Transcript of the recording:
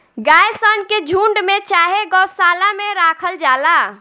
गाय सन के झुण्ड में चाहे गौशाला में राखल जाला